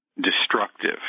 destructive